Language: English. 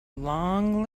long